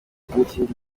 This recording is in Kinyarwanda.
umutindi